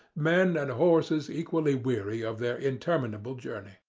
men and horses equally weary of their interminable journey.